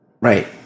Right